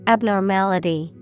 Abnormality